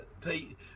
Pete